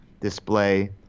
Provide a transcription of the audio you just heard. display